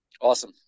awesome